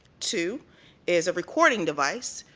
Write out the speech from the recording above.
two is a recording device,